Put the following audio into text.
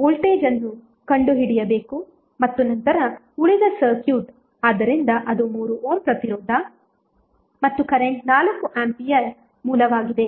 voltage ಅನ್ನು ಕಂಡುಹಿಡಿಯಬೇಕು ಮತ್ತು ನಂತರ ಉಳಿದ ಸರ್ಕ್ಯೂಟ್ ಆದ್ದರಿಂದ ಅದು 3 ಓಮ್ ಪ್ರತಿರೋಧ ಮತ್ತು ಕರೆಂಟ್ 4 ಆಂಪಿಯರ್ ಮೂಲವಾಗಿದೆ